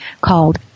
called